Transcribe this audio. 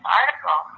article